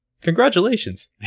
Congratulations